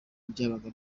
byabaga